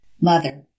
Mother